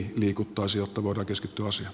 nyt voitte jatkaa